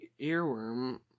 earworm